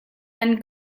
nan